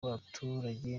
abaturage